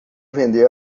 vender